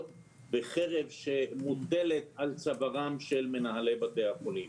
וחרב שמוטלת על צווארם של מנהלי בתי החולים.